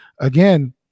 again